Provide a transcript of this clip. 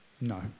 No